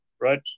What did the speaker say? Right